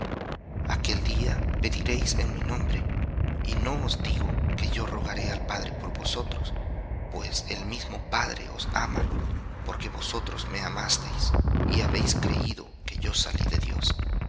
aquel día pediréis en mi nombre y no os digo que yo rogaré al padre por vosotros pues el mismo padre os ama porque vosotros me amasteis y habéis creído que yo salí de dios